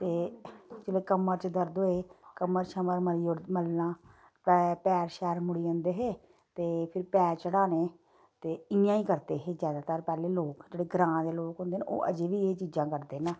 ते जेकर कमर च दर्द होऐ कमर शमर मली ओड़दे मलना पैर शैर मुड़ी जंदे हे ते फिर पैर चढ़ाने ते इ'यां ही करदे हे ज्यादातर पैह्लें लोक जेह्ड़े ग्रांऽ दे लोक होंदे न ओह् अजें बी एह् चीजां करदे न